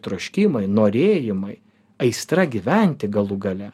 troškimai norėjimai aistra gyventi galų gale